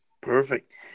Perfect